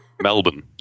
Melbourne